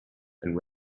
and